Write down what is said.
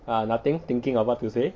ah nothing thinking of what to say